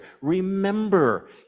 remember